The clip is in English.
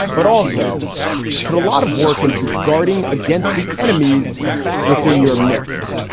but also put a lot of work into guarding against the enemies within your midst.